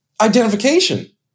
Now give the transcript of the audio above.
identification